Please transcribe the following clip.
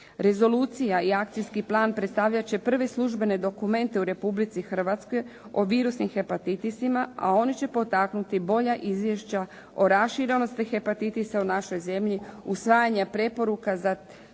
Rezolucija i akcijski plan predstavljat će prve službene dokumente u Republici Hrvatskoj o virusnim hepatitisima, a oni će potaknuti bolja izvješća o raširenosti hepatitisa u našoj zemlji, usvajanja preporuka za